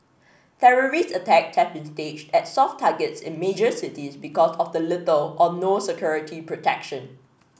terrorist attacks have been staged at soft targets in major cities because of the little or no security protection